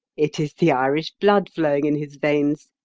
it is the irish blood flowing in his veins,